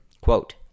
quote